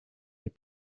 les